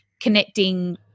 connecting